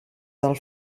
del